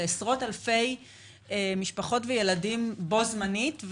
לעשרות אלפי משפחות וילדים בו זמנית,